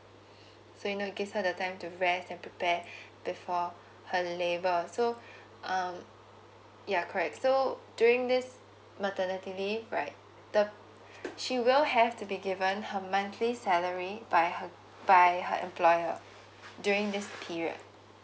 so you know it gives her the time to rest and prepare before her labour so um yeah correct so during this maternity leave right the she will have to be given her monthly salary by her by her employer during this period